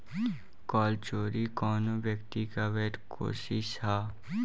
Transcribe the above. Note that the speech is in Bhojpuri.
कर चोरी कवनो व्यक्ति के अवैध कोशिस ह